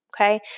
Okay